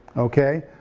okay?